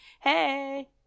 Hey